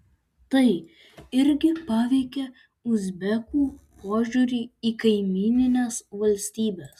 tai irgi paveikė uzbekų požiūrį į kaimynines valstybes